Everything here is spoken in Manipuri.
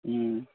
ꯎꯝ